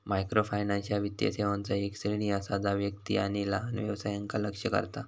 microfinance ह्या वित्तीय सेवांचा येक श्रेणी असा जा व्यक्ती आणि लहान व्यवसायांका लक्ष्य करता